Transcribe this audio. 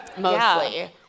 Mostly